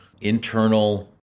internal